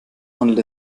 handelt